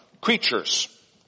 creatures